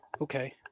okay